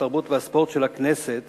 התרבות והספורט של הכנסת